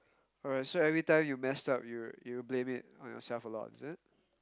alright so every time you messed up you you blame it on yourself a lot is it